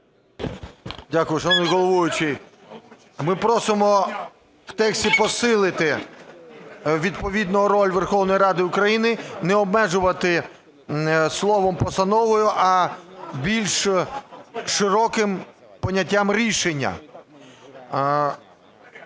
Дякую. Шановний головуючий, ми просимо у тексті посилити відповідно роль Верховної Ради України: не обмежувати словом "постановою", а більш широким поняттям "рішення".